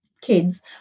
kids